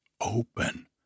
open